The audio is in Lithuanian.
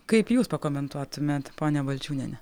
kaip jūs pakomentuotumėt ponia balčiūniene